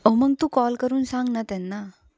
ओ मग तू कॉल करून सांग ना त्यांना